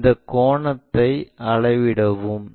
இந்தக் கோணத்தை அளவிடவும்